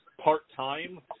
part-time